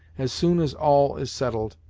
as soon as all is settled,